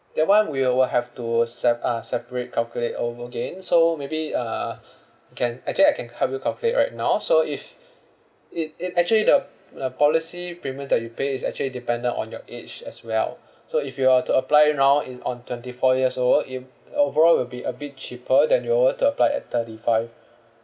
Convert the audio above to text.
that [one] we will have to sep~ uh separate calculate over again so maybe uh I can actually I can help you calculate right now so if it it actually the the policy payment that you pay is actually dependent on your age as well so if you were to apply it now in on twenty four years old it overall will be a bit cheaper than you were were to apply at thirty five